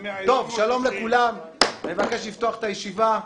שלום לכולם, אני מבקש לפתוח את הישיבה.